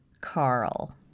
Carl